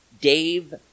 Dave